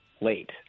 late